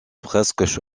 presque